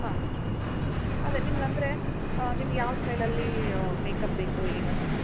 ಹಾಂ ಅದೇ ನಿಮ್ಗೆ ಅಂದರೆ ನಿಮ್ಗೆ ಯಾವ ಸ್ಟೈಲಲ್ಲಿ ಮೇಕಪ್ ಬೇಕು ಏನೋ